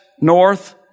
north